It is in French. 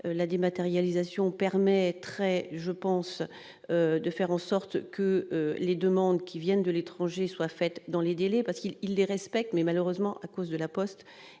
la dématérialisation permettrait je pense, de faire en sorte que les demandes qui viennent de l'étranger soit faite dans les délais, parce qu'il il les respecte mais malheureusement à cause de la Poste,